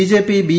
BJP B